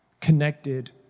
connected